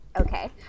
okay